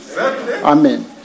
Amen